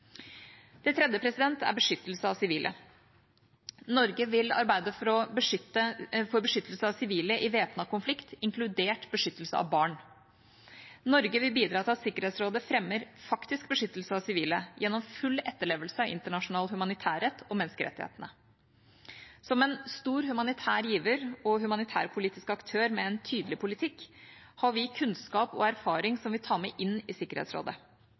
Det tredje er beskyttelse av sivile. Norge vil arbeide for beskyttelse av sivile i væpnet konflikt, inkludert beskyttelse av barn. Norge vil bidra til at Sikkerhetsrådet fremmer faktisk beskyttelse av sivile gjennom full etterlevelse av internasjonal humanitærrett og menneskerettighetene. Som en stor humanitær giver og humanitærpolitisk aktør med en tydelig politikk har vi kunnskap og erfaring som vi tar med inn i Sikkerhetsrådet.